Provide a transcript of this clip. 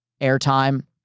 airtime